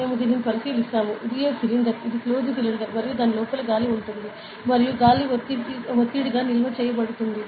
మేము దీనిని పరిశీలిస్తాము ఇది సిలిండర్ ఇది క్లోజ్డ్ సిలిండర్ మరియు దాని లోపల గాలి ఉంది మరియు గాలి ఒత్తిడిగా నిల్వ చేయబడుతుంది